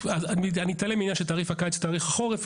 אני אתעלם מהעניין של תעריף הקיץ ותעריף החורף,